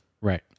Right